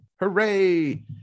hooray